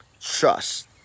trust